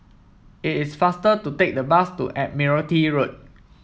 it is faster to take the bus to Admiralty Road